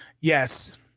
Yes